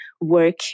work